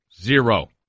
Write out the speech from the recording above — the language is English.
Zero